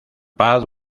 paz